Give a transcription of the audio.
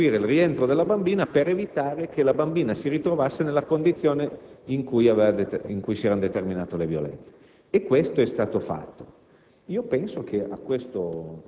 la cosa che potevamo fare era seguire il rientro della bambina per evitare che la stessa si ritrovasse nella condizione in cui si erano determinate le violenze. Ciò è stato fatto,